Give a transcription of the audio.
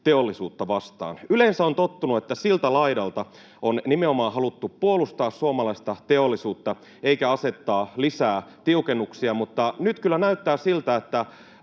teollisuutta vastaan. Olen tottunut, että yleensä siltä laidalta on nimenomaan haluttu puolustaa suomalaista teollisuutta eikä asettaa lisää tiukennuksia, mutta nyt kyllä näyttää siltä, että